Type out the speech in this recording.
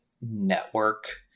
network